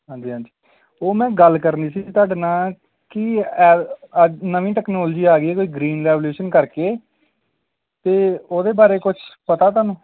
ਹਾਂਜੀ ਹਾਂਜੀ ਉਹ ਮੈਂ ਗੱਲ ਕਰਨੀ ਸੀ ਤੁਹਾਡੇ ਨਾਲ ਕਿ ਨਵੀਂ ਟੈਕਨੋਲਜੀ ਆ ਗਈ ਕੋਈ ਗ੍ਰੀਨ ਰੈਵੋਲਿਊਸ਼ਨ ਕਰਕੇ ਅਤੇ ਉਹਦੇ ਬਾਰੇ ਕੁਛ ਪਤਾ ਤੁਹਾਨੂੰ